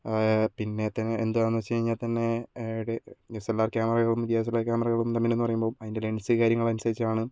പിന്നെത്തന്നെ എന്താണെന്നു വച്ച് കഴിഞ്ഞാൽ തന്നെ എസ് എൽ ആർ ക്യാമറകളും ഡി എസ് എൽ ആർ ക്യാമറകളും തമ്മിൽ എന്നു പറയുമ്പോൾ അതിന്റെ ലെൻസ് കാര്യങ്ങൾ അനുസരിച്ചാണ്